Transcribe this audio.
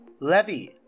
Levy